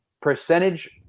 percentage